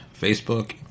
Facebook